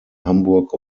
hamburg